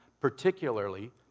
particularly